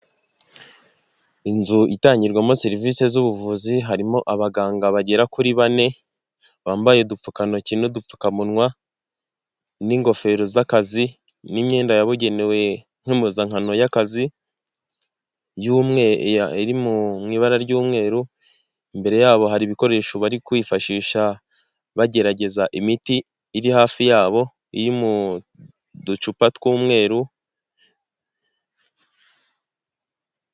Inzu itangirwamo serivisi z'ubuvuzi harimo abaganga bagera kuri bane, bambaye udupfukantoki n'dupfukamunwa n'ingofero z'akazi n'imyenda yabugenewe nk'impimpuzankano y'akazi iri mu ibara ry'umweru imbere yabo hari ibikoresho bari kwifashisha bagerageza imiti iri hafi yabo iri mu ducupa tw'umweru.